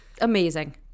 Amazing